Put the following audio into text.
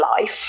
life